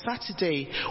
Saturday